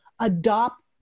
adopt